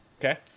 Okay